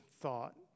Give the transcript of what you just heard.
thought